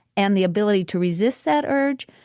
and the ability to resist that urge,